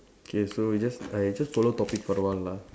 okay so you just I just follow topic for a while lah